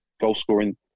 goal-scoring